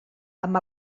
amb